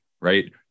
right